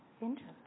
Interesting